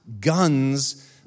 guns